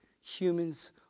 humans